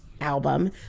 album